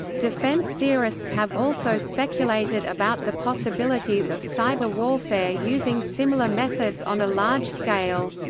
defense theorists have also speculated about the possibilities of cyber warfare using similar methods on a large scale.